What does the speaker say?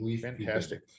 fantastic